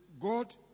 God